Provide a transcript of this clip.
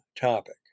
topic